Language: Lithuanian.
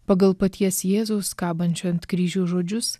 pagal paties jėzaus kabančio ant kryžiaus žodžius